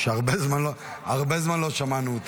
הרבה זמן לא שמענו אותך.